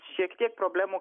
šiek tiek problemų